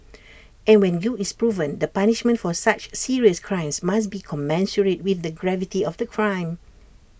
and when guilt is proven the punishment for such serious crimes must be commensurate with the gravity of the crime